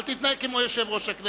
אל תתנהג כמו יושב-ראש הכנסת,